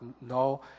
no